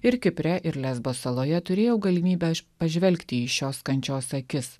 ir kipre ir lesbo saloje turėjau galimybę pažvelgti į šios kančios akis